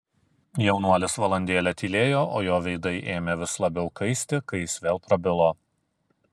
jaunuolis valandėlę tylėjo o jo veidai ėmė vis labiau kaisti kai jis vėl prabilo